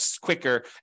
quicker